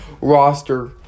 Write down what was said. roster